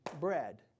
bread